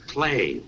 Play